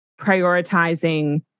prioritizing